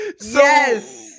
Yes